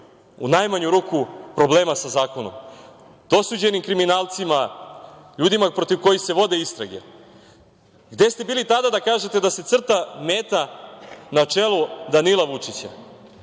u najmanju ruku problema sa zakonom, osuđenim kriminalcima, ljudima protiv kojih se vode istrage. Gde ste bili tada da kažete da se crta meta na čelu Danila Vučića.